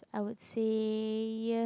I would say ya